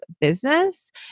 business